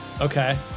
Okay